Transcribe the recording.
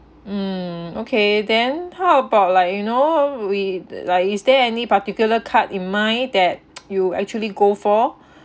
mm okay then how about like you know we like is there any particular card in mind that you actually go for